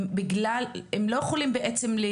הם לא יכולים בעצם,